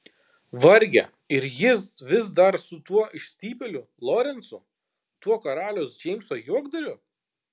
varge ir jis vis dar su tuo išstypėliu lorencu tuo karaliaus džeimso juokdariu